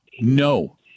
no